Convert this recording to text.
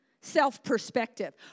self-perspective